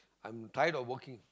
I'm tired of working